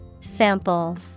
Sample